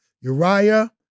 Uriah